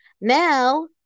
Now